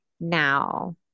now